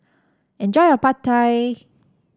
enjoy your Pad Thai